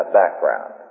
background